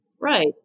Right